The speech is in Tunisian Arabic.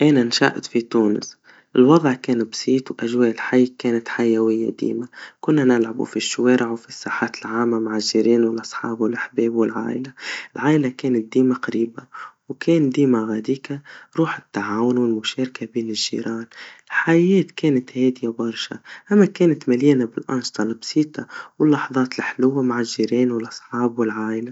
أنا نشأت في تونس, الوضع كان بسيط, وأجواء الحي كانت حيويا ديما, كنا نلعبوا في الشوارع, وفي الساحات العاما مع الجيران والأصحاب والاحباب والعايلا, العايلا كانت ديما قريبا, وكانديما غاديكا روح التعاون, والمشاركا بين الجيران, الحياة كانت هاديا برشا, لما كانت مليانا بالأنشطا البسيطا, واللحظات لحلوا مع الجيران والأصحاب والعايلا.